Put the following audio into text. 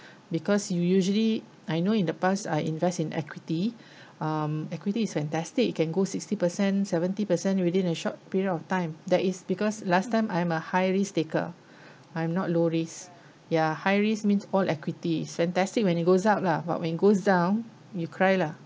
because you usually I know in the past I invest in equity um equity is fantastic you can go sixty percent seventy percent within a short period of time that is because last time I am a high risk taker I am not low risk ya high risk means all equity fantastic when it goes up lah but when it goes down you cry lah